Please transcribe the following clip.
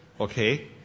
Okay